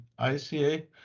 ICA